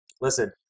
listen